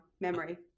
memory